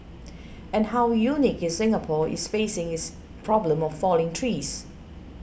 and how unique is Singapore is facing is problem of falling trees